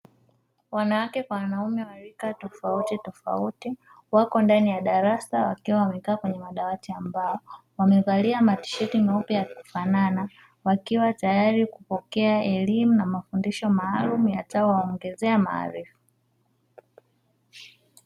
Wanawake kwa wanaume wa rika tofautitofauti, wako ndani ya darasa wakiwa wamekaa kwenye madawati ya mbao. Wamevalia matisheti meupe ya kufanana, wakiwa tayari kupokea elimu na mafundisho maalumu yatakayo waongezea maarifa.